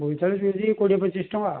ବୋଇତାଳୁ କେଜି କୋଡ଼ିଏ ପଚିଶ ଟଙ୍କା